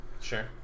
Sure